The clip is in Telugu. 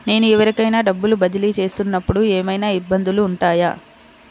నేను ఎవరికైనా డబ్బులు బదిలీ చేస్తునపుడు ఏమయినా ఇబ్బందులు వుంటాయా?